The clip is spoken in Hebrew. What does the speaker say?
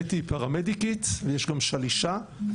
בטי היא פרמדיקית ויש גם שלישה,